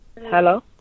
Hello